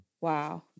Wow